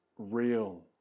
real